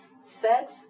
sex